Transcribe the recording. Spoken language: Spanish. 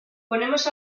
ponemos